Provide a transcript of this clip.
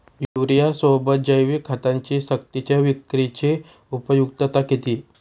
युरियासोबत जैविक खतांची सक्तीच्या विक्रीची उपयुक्तता किती?